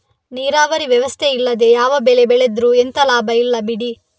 ನೀರಾವರಿ ವ್ಯವಸ್ಥೆ ಇಲ್ಲದೆ ಯಾವ ಬೆಳೆ ಬೆಳೆದ್ರೂ ಎಂತ ಲಾಭ ಇಲ್ಲ ಬಿಡಿ